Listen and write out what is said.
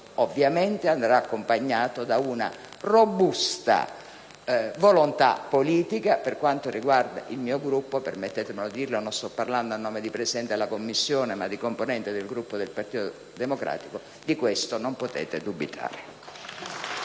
proposito andrà accompagnato da una robusta volontà politica. Per quanto riguarda il mio Gruppo, permettetemi di dirlo - non sto parlando come presidente della 1a Commissione, ma come componente del Gruppo del Partito Democratico - di questo non potete dubitare.